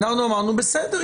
אנחנו אמרנו: בסדר,